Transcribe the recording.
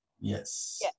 Yes